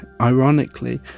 ironically